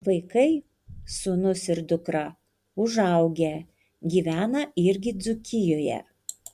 vaikai sūnus ir dukra užaugę gyvena irgi dzūkijoje